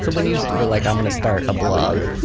so when you were like, i'm gonna start a blog,